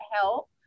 help